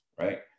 right